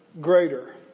greater